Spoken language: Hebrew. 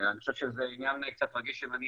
אני חושב שזה עניין קצת רגיש אם אני